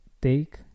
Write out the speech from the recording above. take